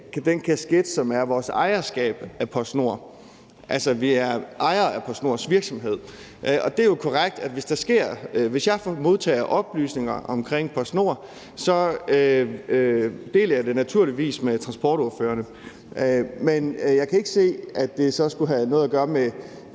er jo set med den kasket på, at vi er ejere af PostNords virksomhed. Og det er jo korrekt, at hvis jeg modtager oplysninger om PostNord, deler jeg dem naturligvis med transportordførerne. Men jeg kan ikke se, at det skulle være udslagsgivende